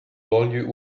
banlieue